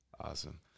Awesome